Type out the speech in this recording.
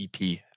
ep